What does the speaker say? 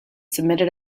submitted